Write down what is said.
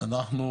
אנחנו